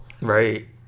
right